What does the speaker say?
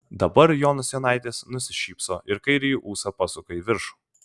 dabar jonas jonaitis nusišypso ir kairįjį ūsą pasuka į viršų